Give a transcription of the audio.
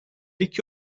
iki